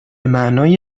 معنای